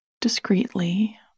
discreetly